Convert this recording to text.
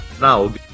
Now